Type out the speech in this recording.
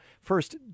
First